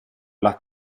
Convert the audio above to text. alla